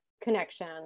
connection